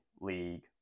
league